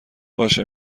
باشه